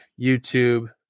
YouTube